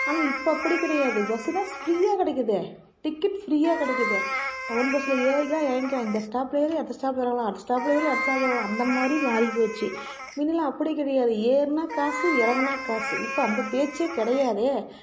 ஆனால் இப்போ அப்படி கிடையாது பஸ்ஸு தான் ஃப்ரீயாக கிடைக்குதே டிக்கெட் ஃப்ரீயாக கிடைக்குதே டவுன் பஸ்ஸில் ஏறிக்கலாம் இறங்கிக்கலாம் இந்த ஸ்டாபில் ஏறி அடுத்த ஸ்டாபில் இறங்கலாம் அடுத்த ஸ்டாபில் ஏறி அடுத்த ஸ்டாபில் இறங்கலாம் அந்தமாதிரி மாறிப்போச்சு முன்னல்லாம் அப்படி கிடையாது ஏரறுனா காசு இறங்குனா காசு இப்போ அந்த பேச்சே கிடையாதே